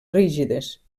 rígides